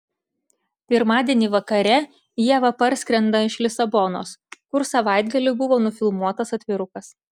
pirmadienį vakare ieva parskrenda iš lisabonos kur savaitgalį buvo nufilmuotas atvirukas